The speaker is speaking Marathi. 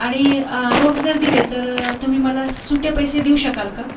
आणि रोख जर दिले तर तुम्ही मला सुटे पैसे देऊ शकाल का